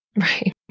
Right